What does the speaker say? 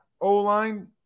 O-line